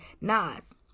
nas